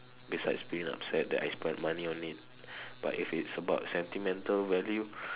besides being upset that I spent money on it but if it's about sentimental value